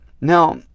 Now